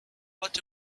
what